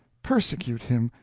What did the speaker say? persecute him,